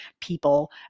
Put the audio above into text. people